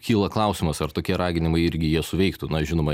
kyla klausimas ar tokie raginimai irgi jie suveiktų na žinoma